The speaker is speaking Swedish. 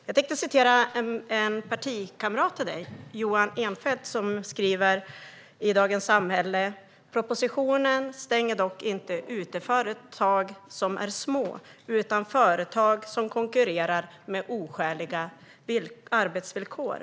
Jag tänker citera en partikamrat till dig, Johan Enfeldt som skriver i Dagens Samhälle: "Propositionen stänger dock inte ute företag som är små utan företag som konkurrerar med oskäliga arbetsvillkor."